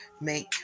make